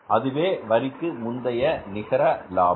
அதுவே வரிக்கு முந்தைய நிகர லாபம்